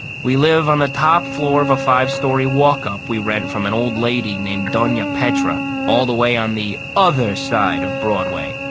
we live on the top floor of a five-story walk-up we rent from an old lady named dona petra all the way on the other side of broadway.